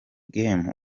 game